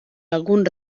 alguns